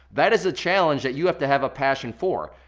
that is a challenge that you have to have a passion for,